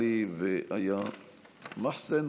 עלי ואיה מחיסן.